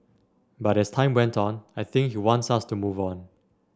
but as time went on I think he wants us to move on